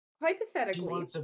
Hypothetically